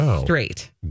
straight